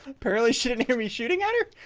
apparently shouldn't hear me shooting at her.